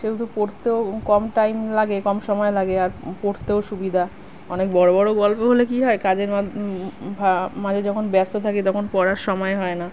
সেহেতু পড়তেও কম টাইম লাগে কম সময় লাগে আর পড়তেও সুবিধা অনেক বড় বড় গল্প হলে কী হয় কাজের মাদ ভা মাঝে যখন ব্যস্ত থাকি তখন পড়ার সময় হয় না